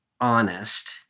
honest